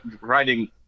writing